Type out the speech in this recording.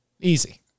Easy